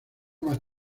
más